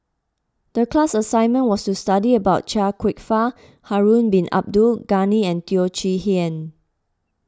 the class assignment was to study about Chia Kwek Fah Harun Bin Abdul Ghani and Teo Chee Hean